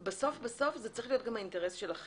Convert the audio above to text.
בסוף בסוף זה צריך להיות גם האינטרס שלכם.